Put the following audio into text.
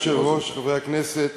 חבר הכנסת